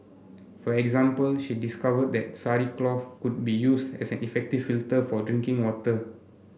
for example she discovered that Sari cloth could be used as an effective filter for drinking water